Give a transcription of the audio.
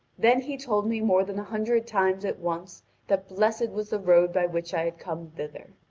then he told me more than a hundred times at once that blessed was the road by which i had come thither.